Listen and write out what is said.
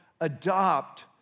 adopt